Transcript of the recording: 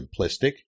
simplistic